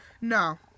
no